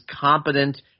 competent